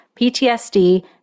PTSD